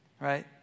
right